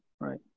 right